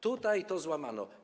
Tutaj to złamano.